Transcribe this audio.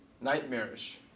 nightmarish